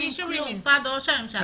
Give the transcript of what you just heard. יש מישהו ממשרד ראש הממשלה?